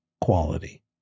quality